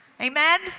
Amen